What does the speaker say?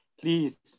please